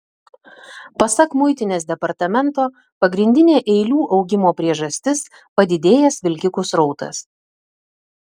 pasak muitinės departamento pagrindinė eilių augimo priežastis padidėjęs vilkikų srautas